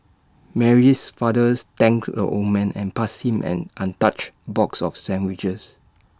Mary's father thanked the old man and passed him an untouched box of sandwiches